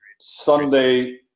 Sunday